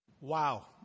Wow